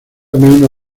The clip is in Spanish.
uno